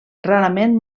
rarament